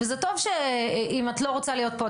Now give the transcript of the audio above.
וזה טוב אם את לא רוצה להיות פה,